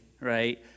right